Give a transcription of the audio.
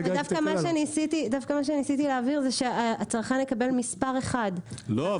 דווקא מה שניסיתי להבהיר זה שהצרכן יקבל מספר אחד -- לא,